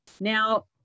now